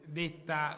detta